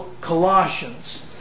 Colossians